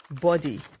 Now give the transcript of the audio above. body